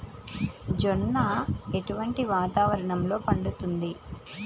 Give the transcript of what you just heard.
జొన్న ఎటువంటి వాతావరణంలో పండుతుంది?